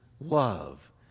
love